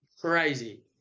crazy